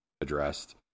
addressed